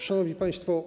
Szanowni Państwo!